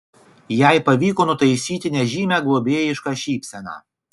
jai pavyko nutaisyti nežymią globėjišką šypseną